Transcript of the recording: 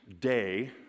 day